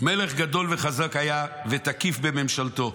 "מלך גדול וחזק היה ותקיף בממשלתו,